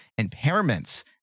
impairments